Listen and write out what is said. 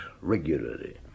regularly